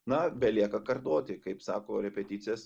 na belieka kartoti kaip sako repeticijas